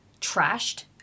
trashed